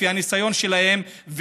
לפי הניסיון שלהם,